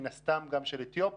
מן הסתם גם של אתיופים.